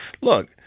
look